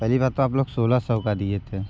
पहली बात तो आप लोग सोलह सौ का दिए थे